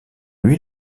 lui